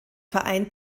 verein